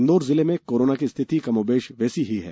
इंदौर जिले में कोरोना की स्थिति कमोबेश वैसी ही है